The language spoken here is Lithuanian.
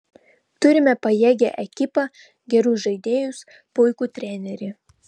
turime pajėgią ekipą gerus žaidėjus puikų trenerį